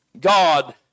God